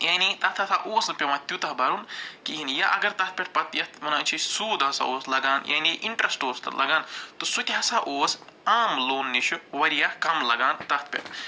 یعنی تَتھ ہسا اوس نہٕ پٮ۪وان تیوٗتاہ بَرُن کِہیٖنۍ یا اَگر تَتھ پٮ۪ٹھ پتہٕ یَتھ وَنان چھِ أسۍ سوٗد ہسا اوس لگان یعنی اِنٛٹرٛسٹ اوس تَتھ لگان تہٕ سُہ تہِ ہسا اوس عام لون نِشہٕ واریاہ کَم لگان تَتھ پٮ۪ٹھ